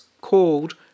called